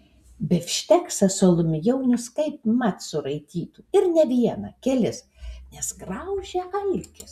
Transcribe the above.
bifšteksą su alumi jaunius kaip mat suraitytų ir ne vieną kelis nes graužia alkis